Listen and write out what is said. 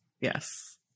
Yes